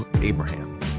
Abraham